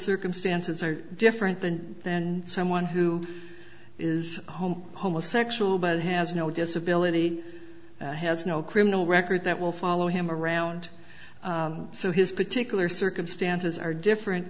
circumstances are different than than someone who is home homosexual but has no disability has no criminal record that will follow him around so his particular circumstances are different